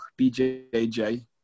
BJJ